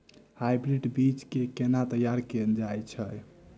Hybrid बीज केँ केना तैयार कैल जाय छै?